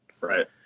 Right